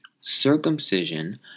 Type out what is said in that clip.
Circumcision